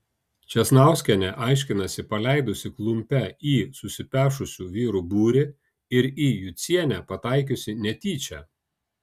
česnauskienė aiškinasi paleidusi klumpe į susipešusių vyrų būrį ir į jucienę pataikiusi netyčia